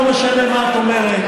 לא משנה מה את אומרת,